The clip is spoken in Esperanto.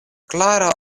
klaro